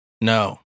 No